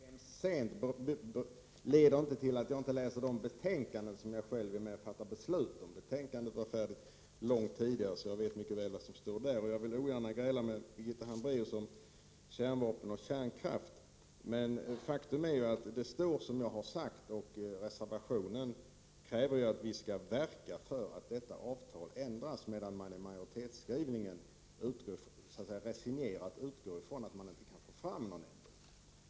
Fru talman! Att jag kom hem sent i går har inte medfört att jag inte läst detta betänkande, som jag själv varit med att fatta beslut om. Betänkandet var färdigt långt tidigare, och jag vet mycket väl vad som står i det. Jag vill ogärna gräla med Birgitta Hambraeus om kärnvapen och kärnkraft, men faktum är att det i betänkandet står som jag har sagt. Reservationen kräver att vi skall verka för att detta avtal ändras, medan majoriteten resignerat utgår från att man inte kan få fram någon ändring.